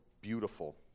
beautiful